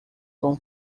com